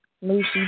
Lucy